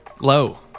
Low